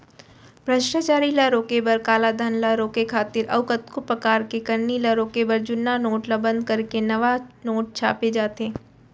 भस्टाचारी ल रोके बर, कालाधन ल रोके खातिर अउ कतको परकार के करनी ल रोके बर जुन्ना नोट ल बंद करके नवा नोट छापे जाथे